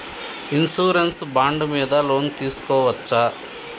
Insurance bond మీద loan తీస్కొవచ్చా?